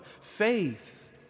faith